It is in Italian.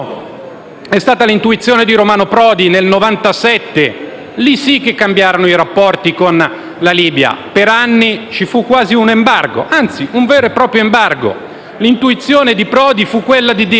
è stata l'intuizione di Romano Prodi nel 1997: lì sì che sono cambiati i rapporti con la Libia. Per anni ci fu quasi un embargo, anzi un vero e proprio embargo nei confronti di quello che